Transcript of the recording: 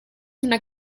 una